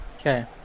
Okay